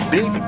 Big